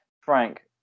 frank